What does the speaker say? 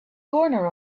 corner